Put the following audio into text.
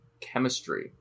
chemistry